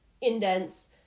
indents